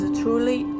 truly